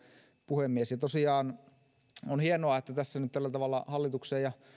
puhemies on hienoa että tässä nyt tällä tavalla hallituksen ja